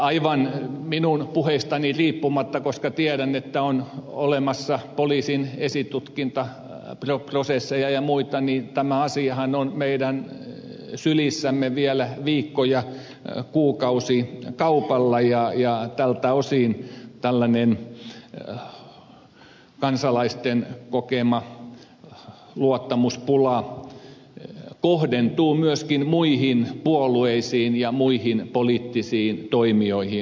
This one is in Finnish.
aivan minun puheistani riippumatta koska tiedän että on olemassa poliisin esitutkintaprosesseja ja muita tämä asiahan on meidän sylissämme vielä viikko ja kuukausikaupalla ja tältä osin tällainen kansalaisten kokema luottamuspula kohdentuu myöskin muihin puolueisiin ja muihin poliittisiin toimijoihin